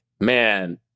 man